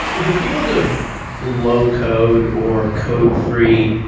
the field of low code or code-free,